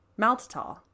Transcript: maltitol